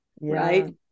Right